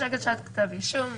יש הגשת כתב אישום,